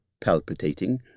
palpitating